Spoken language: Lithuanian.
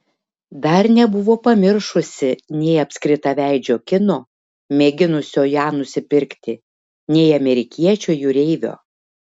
dar nebuvo pamiršusi nei apskritaveidžio kino mėginusio ją nusipirkti nei amerikiečio jūreivio